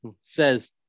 says